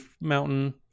mountain